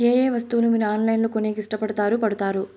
ఏయే వస్తువులను మీరు ఆన్లైన్ లో కొనేకి ఇష్టపడుతారు పడుతారు?